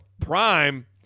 Prime